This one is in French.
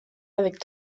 avec